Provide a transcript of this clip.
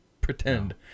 pretend